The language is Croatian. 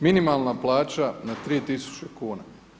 Minimalna plaća na 3000 kn.